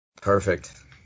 Perfect